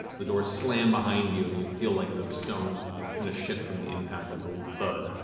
the doors slam behind you and you feel like the stone kind of shift from the impact of the thud.